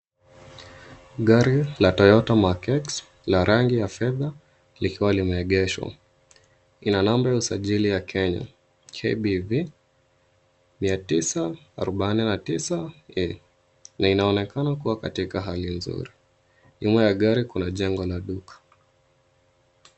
Gari la Toyota Mark X la rangi ya fedha likiwa limeegeshwa. Ina namba ya usajili ya Kenya KBV 949E na inaonekana kuwa katika hali nzuri. Nyuma ya gari kuna jengo la duka.